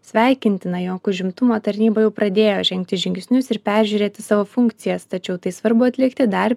sveikintina jog užimtumo tarnyba jau pradėjo žengti žingsnius ir peržiūrėti savo funkcijas tačiau tai svarbu atlikti dar